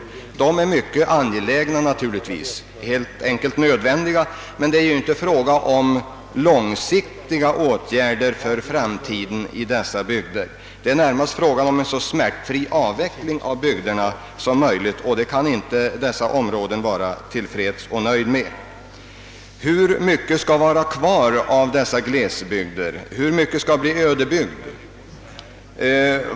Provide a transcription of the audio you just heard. Naturligtvis är sådana mycket angelägna, ja helt enkelt nödvändiga, men det är ju inte fråga om långsiktiga åtgärder för dessa bygders framtid utan närmast om en så smärtfri avveckling av bygderna som möjligt, och det kan dessa inte vara till freds med. Hur mycket skall vara kvar av dessa glesbygder och hur mycket skall bli ödebygd?